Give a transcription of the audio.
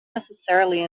necessarily